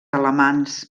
alamans